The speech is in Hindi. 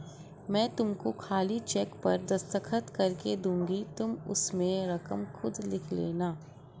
मैं तुमको खाली चेक पर दस्तखत करके दूँगी तुम उसमें रकम खुद लिख लेना